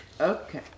okay